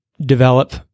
develop